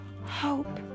hope